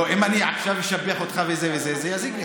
לא, אם אני עכשיו אשבח אותך וזה, זה יזיק לך.